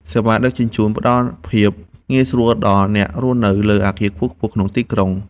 សេវាដឹកជញ្ជូន ផ្ដល់ភាពងាយស្រួលដល់អ្នករស់នៅលើអគារខ្ពស់ៗក្នុងទីក្រុង។